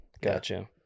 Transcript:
Gotcha